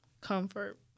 comfort